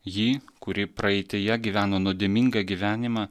jį kuri praeityje gyveno nuodėmingą gyvenimą